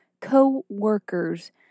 co-workers